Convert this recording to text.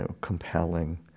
compelling